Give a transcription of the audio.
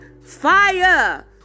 fire